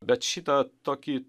bet šitą tokį